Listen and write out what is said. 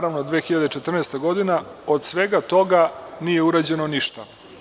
Sada je 2014. godina i od svega toga nije urađeno ništa.